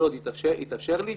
כל עוד יתאפשר לי,